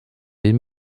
den